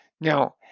Now